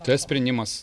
tas sprendimas